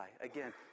again